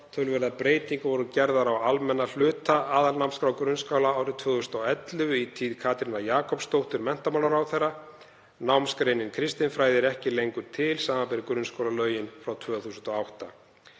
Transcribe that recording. Töluverðar breytingar voru gerðar á almenna hluta aðalnámskrár grunnskóla 2011 í tíð Katrínar Jakobsdóttur menntamálaráðherra. Námsgreinin kristinfræði er ekki lengur til, samanber grunnskólalögin frá 2008.